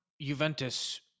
Juventus